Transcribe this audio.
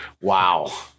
Wow